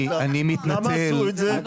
למה עשו את זה?